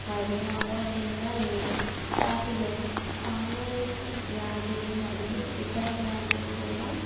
మరియు ఆరోగ్యంగా లేవు వాటిలో కాలే వ్యాధులు మరియు ఇతర వ్యాధులు కూడా